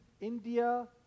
India